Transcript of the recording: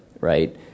right